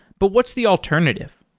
but what's the alternative?